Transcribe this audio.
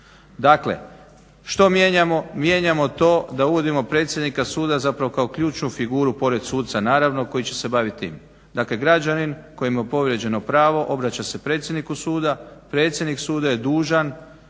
Dakle što mijenjamo? Mijenjamo to da uvodimo predsjednika suda zapravo kao ključnu figuru, pored suca naravno koji će se baviti tim. Dakle građanin kojemu je povrijeđeno pravo, obraća se predsjedniku suda, predsjednik suda je dužan